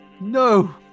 No